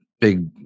big